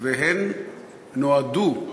והן נועדו,